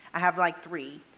i have like three,